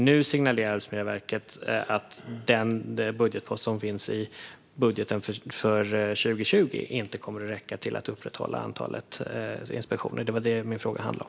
Nu signalerar Arbetsmiljöverket att budgetposten i budgeten för 2020 inte kommer att räcka till att upprätthålla antalet inspektioner. Det var det min fråga handlade om.